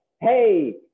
Hey